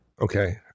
Okay